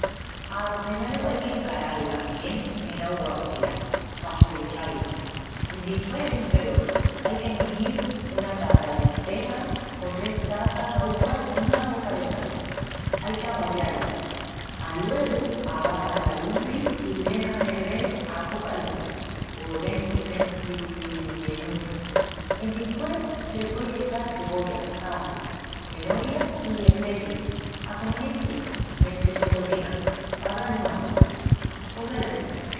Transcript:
Alo primeru ai que encrará-las bien en augua fría pa espurechá-las. Endispués, en un perol, ai que añidil una taça de lentejas con tres taças d' augua i una poca de sal. Ai que aballá-la, aluegu abaxa la lumbri i dexa hervel a poca lumbri por 20-30 menutus. Endispués se le puei echal cebolla, aju, cenorias i especiis a comeniencia mentris se cozinan pa da-lis más gustu. Pos velaí!